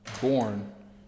born